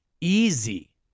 easy